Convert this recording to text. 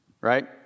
right